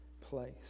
place